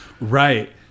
Right